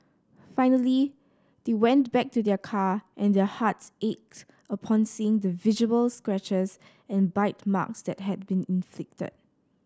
finally they went back to their car and their hearts aches upon seeing the visible scratches and bite marks that had been inflicted